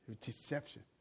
Deception